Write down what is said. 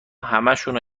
همشونو